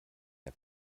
der